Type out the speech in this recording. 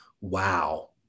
wow